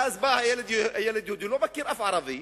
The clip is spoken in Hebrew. ואז בא הילד היהודי, הוא לא מכיר אף ערבי,